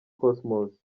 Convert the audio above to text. cosmos